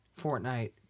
Fortnite